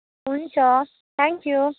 हुन्छ thank you